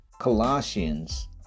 Colossians